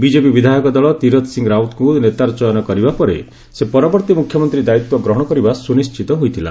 BJP ବିଧାୟକ ଦଳ ତୀରଥ ସିଂ ରାଓ୍ୱତଙ୍କୁ ନେତା ଚୟନ କରିବା ପରେ ସେ ପରବର୍ତ୍ତୀ ମୁଖ୍ୟମନ୍ତ୍ରୀ ଦାୟୀତ୍ୱ ଗ୍ରହଣ କରିବା ସୁନିଣ୍ଟିତ ହୋଇଥିଲା